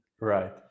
Right